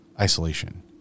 isolation